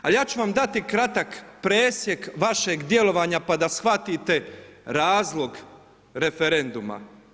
A ja ću vam dati kratak presjek vašeg djelovanja, pa da shvatite razlog referenduma.